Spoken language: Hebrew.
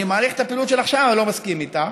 אני מעריך את הפעילות שלך שם, ולא מסכים איתך